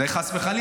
זה, חס וחלילה.